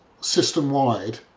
system-wide